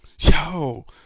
Yo